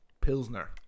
Pilsner